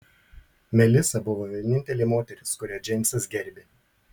melisa buvo vienintelė moteris kurią džeimsas gerbė